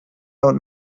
out